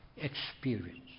Experience